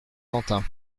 quentin